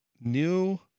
new